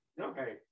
Okay